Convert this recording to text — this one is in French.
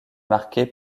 marquée